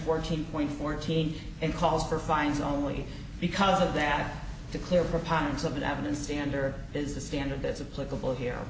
fourteen point fourteen and calls for fines only because of that the clear preponderance of evidence stander is the standard that's a political here